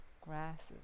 grasses